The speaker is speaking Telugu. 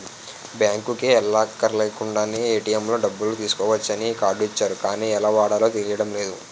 బాంకుకి ఎల్లక్కర్లేకుండానే ఏ.టి.ఎం లో డబ్బులు తీసుకోవచ్చని ఈ కార్డు ఇచ్చారు గానీ ఎలా వాడాలో తెలియడం లేదు